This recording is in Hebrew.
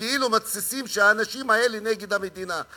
ומתסיסים שכאילו האנשים האלה נגד המדינה.